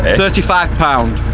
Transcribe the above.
thirty five pounds